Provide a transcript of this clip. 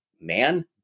man